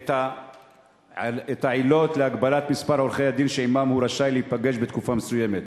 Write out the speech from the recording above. את העילות להגבלת מספר עורכי-הדין שעמם הוא רשאי להיפגש בתקופה מסוימת.